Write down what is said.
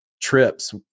trips